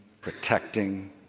protecting